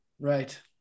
Right